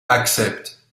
accepte